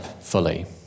fully